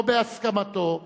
"או בהסכמתו,